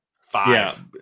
Five